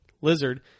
lizard